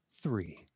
three